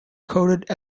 coated